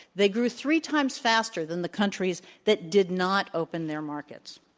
they grew three times faster than the countries that did not open their markets.